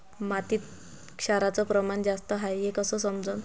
मातीत क्षाराचं प्रमान जास्त हाये हे कस समजन?